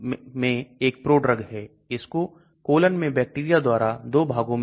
सतह से बाहर प्रतिस्थापन अगर एक संरचना अच्छी तरह से पैक की जाती है तो बहुत क्रिस्टलीय है तो घुलनशीलता बहुत खराब है